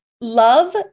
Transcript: love